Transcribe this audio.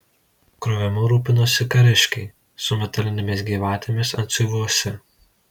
krovimu rūpinosi kariškiai su metalinėmis gyvatėmis antsiuvuose